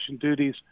duties